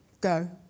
go